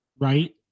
right